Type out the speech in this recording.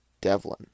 Devlin